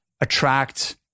attract